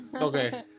Okay